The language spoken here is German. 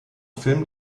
film